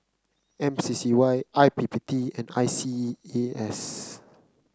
M C C Y I P P T and I C E A S